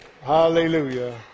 Hallelujah